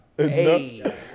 Hey